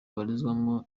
abarizwamo